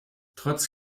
trotz